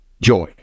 Joy